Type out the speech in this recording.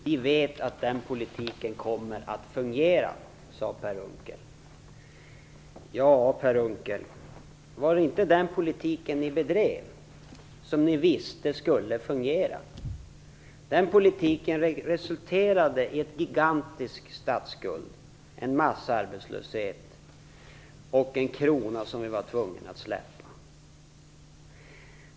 Herr talman! Vi vet att den politiken kommer att fungera, sade Per Unckel. Ja, Per Unckel, var det inte den politiken ni bedrev, som ni visste skulle fungera. Den politiken resulterade i en gigantisk statsskuld, en massarbetslöshet och en krona som vi var tvungna att släppa.